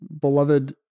beloved